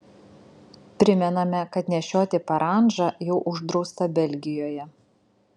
primename kad nešioti parandžą jau uždrausta belgijoje